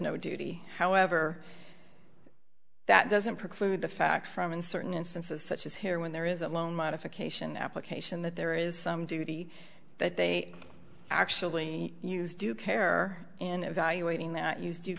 no duty however that doesn't preclude the fact from in certain instances such as here when there is a loan modification application that there is some duty that they actually use due care and evaluating that use